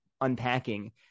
unpacking